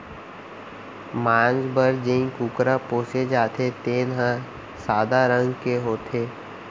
मांस बर जेन कुकरा पोसे जाथे तेन हर सादा रंग के होथे